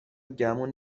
گمون